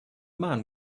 man